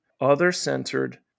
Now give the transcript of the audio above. other-centered